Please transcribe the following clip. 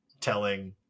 telling